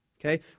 Okay